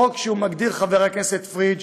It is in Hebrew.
חוק שמגדיר, חבר הכנסת פריג',